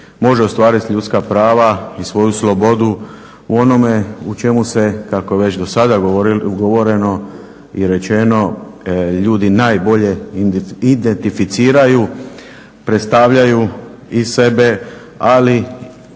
može ostvariti ljudska prava i svoju slobodu. U onome u čemu se, kako je već do sada govoreno i rečeno ljudi najbolje identificiraju, predstavljaju i sebe ali